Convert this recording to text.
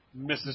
Mrs